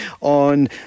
on